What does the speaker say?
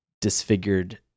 disfigured